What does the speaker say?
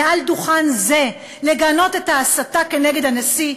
מעל דוכן זה לגנות את ההסתה כנגד הנשיא,